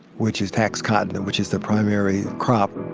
which is tax cotton, and which is the primary crop.